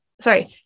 sorry